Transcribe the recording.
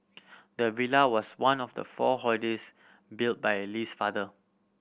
the villa was one of the four holidays built by Lee's father